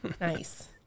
Nice